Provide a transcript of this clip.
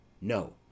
no